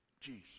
Jesus